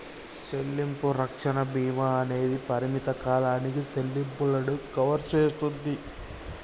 సెల్లింపు రక్షణ భీమా అనేది పరిమిత కాలానికి సెల్లింపులను కవర్ సేస్తుంది